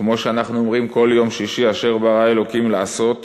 כמו שאנחנו אומרים כל יום שישי: אשר ברא אלוקים לעשות,